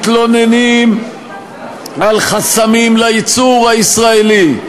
מתלוננים על חסמים לייצור הישראלי,